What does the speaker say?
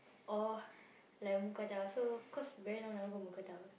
or like mookata so cause very long never go mookata